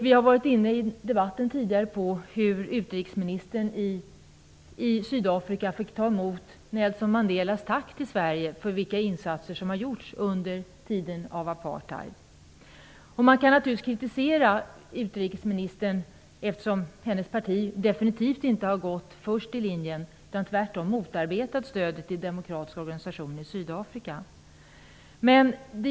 Tidigare i debatten nämndes att utrikesministern under sitt besök i Sydafrika fick ta emot Nelson Mandelas tack till Sverige för de insatser som har gjorts under tiden av apartheid. Man kan naturligtvis kritisera utrikesministern eftersom hennes parti definitivt inte har gått i första ledet, utan tvärtom har motarbetat stödet till demokratiska organisationer i Sydafrika.